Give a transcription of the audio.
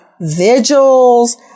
vigils